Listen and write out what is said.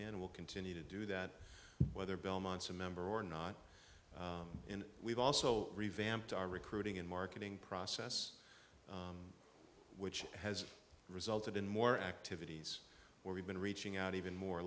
man will continue to do that whether belmont's a member or not and we've also revamped our recruiting and marketing process which has resulted in more activities where we've been reaching out even more